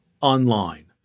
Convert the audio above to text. online